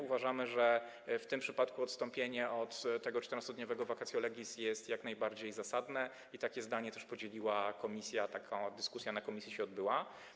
Uważamy, że w tym przypadku odstąpienie od tego 14-dniowego vacatio legis jest jak najbardziej zasadne, i takie zdanie podzieliła komisja, taka dyskusja w komisji się odbyła.